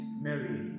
Mary